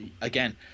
again